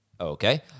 Okay